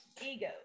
ego